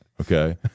okay